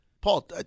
Paul